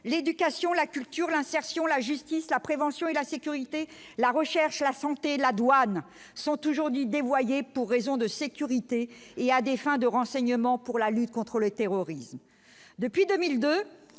l'éducation, la culture, l'insertion, la justice, la prévention et la sécurité, la recherche, la santé, la douane sont toujours dévoyé pour raisons de sécurité, il y a des fins de renseignements pour la lutte contre le terrorisme